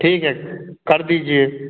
ठीक है कर दीजिए